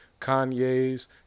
Kanye's